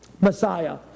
Messiah